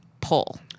pull